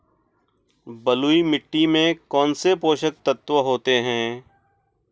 बलुई मिट्टी में कौनसे पोषक तत्व होते हैं?